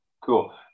Cool